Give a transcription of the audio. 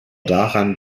daran